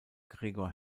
gregor